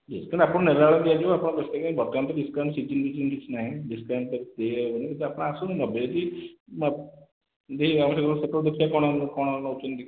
discount ଆପଣ ନେଲାବେଳେ ଦିଆଯିବ ଆପଣ ବ୍ୟସ୍ତ କାହିଁ ବର୍ତ୍ତମାନ ତ ଡିସ୍କାଉଣ୍ଟ ସିଜିନ୍ ଫିଜିନ୍ କିଛି ନାହିଁ ଡିସ୍କାଉଣ୍ଟ ତ ଦେଇ ହେବନି କିନ୍ତୁ ଆପଣ ଆସନ୍ତୁ ନେବେ ଯଦି ଦେଖିବା କ'ଣ ନେଉଛନ୍ତି